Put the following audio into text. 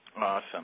Awesome